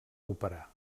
operar